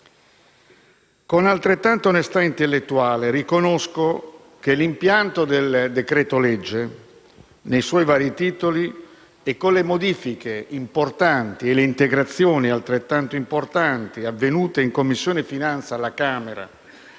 Con altrettanta onestà intellettuale riconosco che l'impianto del decreto-legge, nei suoi vari titoli e con le modifiche importanti e le integrazioni altrettanto importanti avvenute in Commissione finanze alla Camera